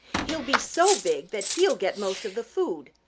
he'll be so big that he'll get most of the food.